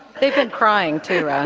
they've been crying too, raj.